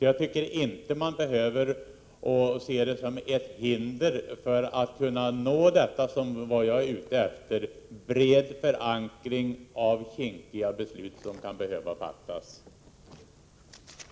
Jag tycker inte att man här behöver se ett hinder för att kunna nå vad jag är ute efter: en bred förankring av kinkiga beslut som kan behöva fattas.